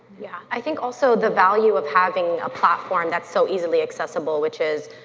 yeah, i think also the value of having a platform that's so easily accessible, which is